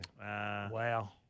Wow